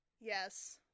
Yes